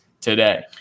today